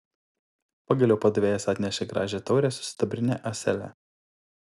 pagaliau padavėjas atnešė gražią taurę su sidabrine ąsele